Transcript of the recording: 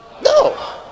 no